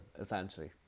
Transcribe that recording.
essentially